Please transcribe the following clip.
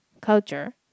culture